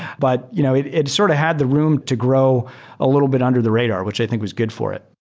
but you know it it sort of had the room to grow a little bit under the radar, which i think was good for it.